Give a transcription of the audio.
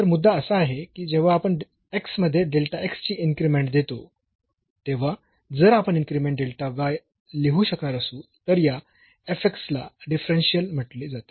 तर मुद्दा असा आहे की जेव्हा आपण x मध्ये ची इन्क्रीमेंट देतो तेव्हा जर आपण इन्क्रीमेंट लिहू शकणार असू तर या ला डिफरन्शियल म्हटले जाते